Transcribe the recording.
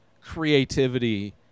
creativity